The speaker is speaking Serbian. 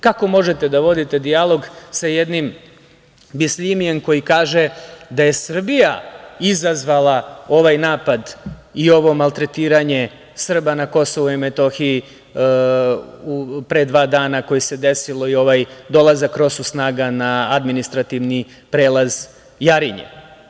Kako možete da vodite dijalog sa jednim Bisljimijem koji kaže da je Srbija izazvala ovaj napad i ovo maltretiranje Srba na KiM pre dva dana koje se desilo i ovaj dolazak ROSU snaga na administrativni prelaz Jarinje?